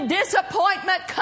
disappointment